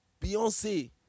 Beyonce